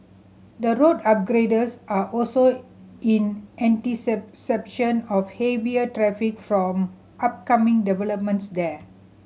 the road upgrades are also in of heavier traffic from upcoming developments there